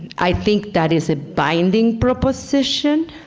i think that is a binding proposition